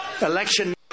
election